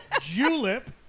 Julep